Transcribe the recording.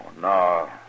no